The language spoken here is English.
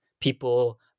people